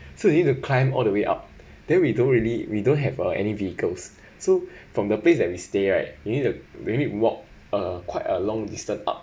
so you need to climb all the way up then we don't really we don't have uh any vehicles so from the place that we stay right we need to we need to walk uh quite a long distance ah